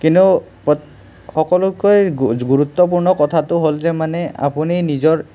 কিন্তু প্ৰত্যেক সকলোতকৈ গুৰুত্বপূৰ্ণ কথাটো হ'ল যে মানে আপুনি নিজৰ